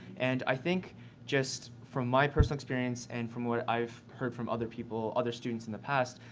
and i think just, from my personal experience and from what i've heard from other people, other students, in the past,